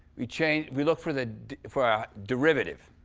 we changed we looked for the for a derivative,